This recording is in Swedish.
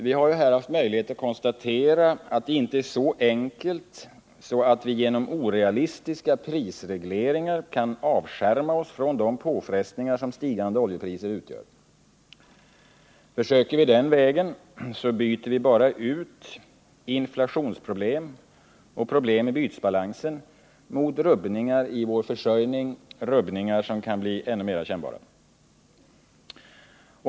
Vi kan konstatera att det inte är så enkelt att genom orealistiska prisregleringar avskärma oss från de påfrestningar som stigande oljepriser utgör. Om vi försöker att gå den vägen byter vi bara ut inflationsproblem och problem i bytesbalansen mot rubbningar i vår försörjning som kan bli än mer kännbara.